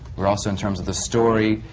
were also, in terms of the story,